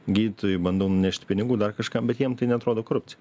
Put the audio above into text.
gydytojui bandau nunešti pinigų dar kažką bet jiem tai neatrodo korupcija